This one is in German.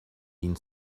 ihn